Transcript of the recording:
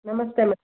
నమస్తే మేడం